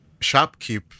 shopkeep